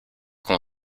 qu’on